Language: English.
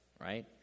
right